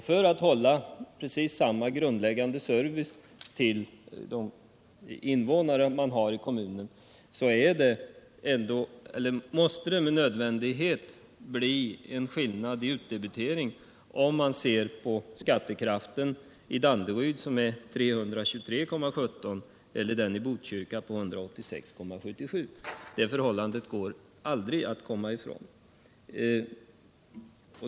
För att hålla precis samma grundläggande service åt invånarna måste det med nödvändighet bli skillnad i utdebitering om man tar hänsyn till skattekraften i Danderyd, som är 323:17 kr., och den i Botkyrka på 186:77 kr. Att det måste bli skillnad går aldrig att komma ifrån.